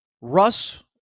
Russ